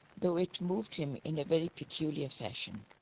though it moved him in a very peculiar fashion.